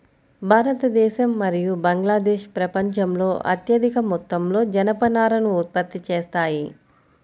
భారతదేశం మరియు బంగ్లాదేశ్ ప్రపంచంలో అత్యధిక మొత్తంలో జనపనారను ఉత్పత్తి చేస్తాయి